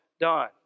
done